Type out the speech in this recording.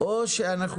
או שאנחנו